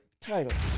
title